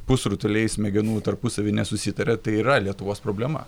pusrutuliai smegenų tarpusavy nesusitaria tai yra lietuvos problema